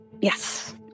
Yes